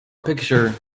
picture